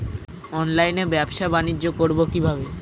অনলাইনে ব্যবসা বানিজ্য করব কিভাবে?